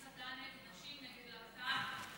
הסתה נגד נשים, נגד להט"ב?